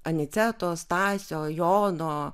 aniceto stasio jono